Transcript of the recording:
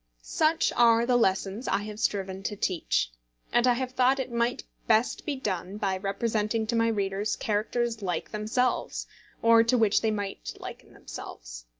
such are the lessons i have striven to teach and i have thought it might best be done by representing to my readers characters like themselves or to which they might liken themselves.